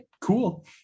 cool